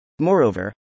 Moreover